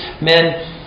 men